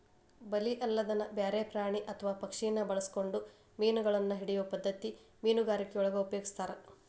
ಬಲಿ ಅಲ್ಲದನ ಬ್ಯಾರೆ ಪ್ರಾಣಿ ಅತ್ವಾ ಪಕ್ಷಿನ ಬಳಸ್ಕೊಂಡು ಮೇನಗಳನ್ನ ಹಿಡಿಯೋ ಪದ್ಧತಿ ಮೇನುಗಾರಿಕೆಯೊಳಗ ಉಪಯೊಗಸ್ತಾರ